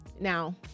now